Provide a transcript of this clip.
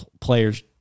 player's